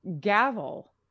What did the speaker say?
Gavel